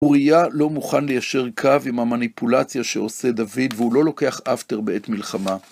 אוריה לא מוכן ליישר קו עם המניפולציה שעושה דוד, והוא לא לוקח אפטר בעת מלחמה.